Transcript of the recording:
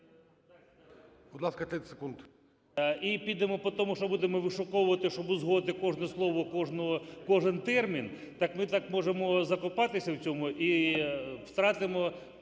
І підемо по тому, що будемо вишуковувати, щоб узгодити кожне слово, кожен термін, так ми так можемо закопатися в цьому і втратимо